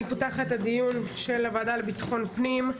אני פותחת את הדיון של הוועדה לביטחון פנים,